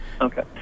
Okay